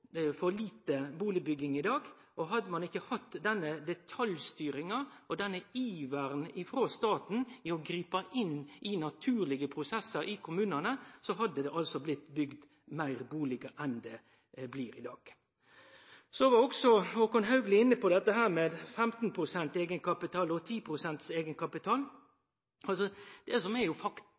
for lite bustadbygging i dag. Hadde ein ikkje hatt denne detaljstyringa og iveren frå staten etter å gripe inn i naturlege prosessar i kommunane, hadde det blitt bygd fleire bustadar enn i dag. Håkon Haugli var også inne på dette med 15 pst. og 10 pst. eigenkapital. Faktum er at Finanstilsynet si eigenkapitalvurdering om 15 pst. eigenkapital ikkje er absolutt. Det er